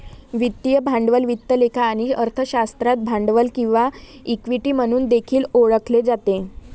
वित्तीय भांडवल वित्त लेखा आणि अर्थशास्त्रात भांडवल किंवा इक्विटी म्हणून देखील ओळखले जाते